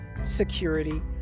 security